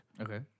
Okay